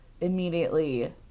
immediately